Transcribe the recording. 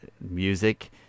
music